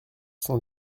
cent